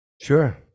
Sure